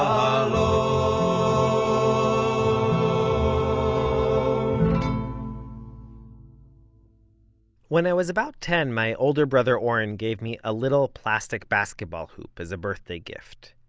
um when i was about ten, my older brother oren gave me a little plastic basketball hoop as a birthday gift.